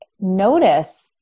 notice